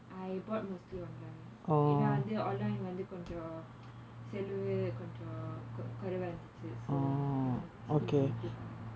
I bought mostly online என்ன வந்து:enna vanthu online வந்து கொஞ்ச:vanthu konja செலவுக்கு கொஞ்ச கொ~ குறைவா இருந்துச்சு:selavu konja ko~ kuraivaa irundhuchu so you know it's easy to buy